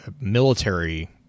military